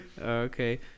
Okay